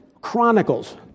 Chronicles